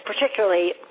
particularly